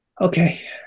okay